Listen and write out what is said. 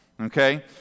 okay